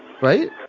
Right